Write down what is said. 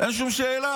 אין שום שאלה.